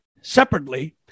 separately